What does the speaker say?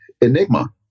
Enigma